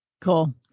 Cool